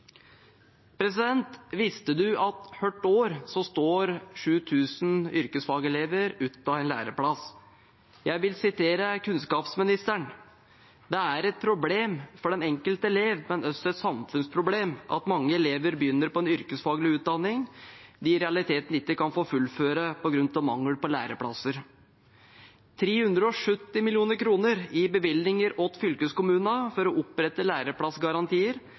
Visste presidenten at hvert år står 7 000 yrkesfagelever uten en læreplass? Jeg vil sitere kunnskapsministeren: «Det er et problem for den enkelte elev, men også et samfunnsproblem, at mange elever begynner på en yrkesfaglig utdanning de i realiteten ikke kan få fullføre på grunn av mangel på læreplasser.» 370 mill. kr i bevilgning til fylkeskommunene for å opprette